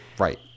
Right